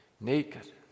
naked